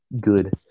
Good